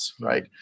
right